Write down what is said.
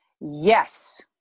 Yes